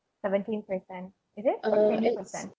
seventeen percent is it or twenty percent